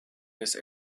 this